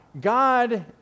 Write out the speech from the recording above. God